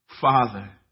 Father